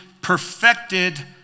perfected